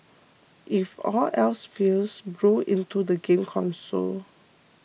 if all else fails blow into the game console